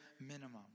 minimum